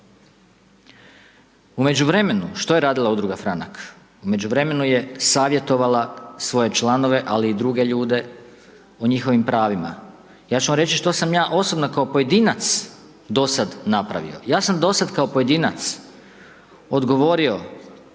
U međuvremenu što je radila udruga Franak? U međuvremenu je savjetovala svoje članove ali i druge ljude o njihovim pravima. Ja ću vam reći što sam ja osobno kao pojedinac napravio. Ja sam do sad kao pojedinac odgovorio,